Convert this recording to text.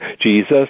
Jesus